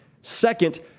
Second